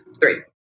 three